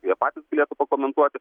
jie patys galėtų pakomentuoti